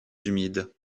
humides